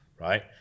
right